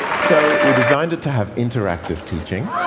so we designed it to have interactive teaching.